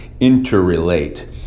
interrelate